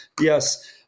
Yes